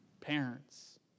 parents